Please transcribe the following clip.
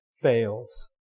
fails